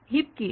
heap কি